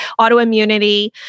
autoimmunity